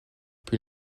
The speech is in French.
puis